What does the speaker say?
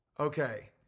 Okay